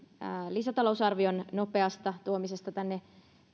lisätalousarvion nopeasta tuomisesta tänne